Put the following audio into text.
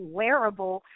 wearable